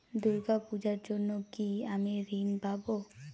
দূর্গা পূজার জন্য কি আমি ঋণ পাবো?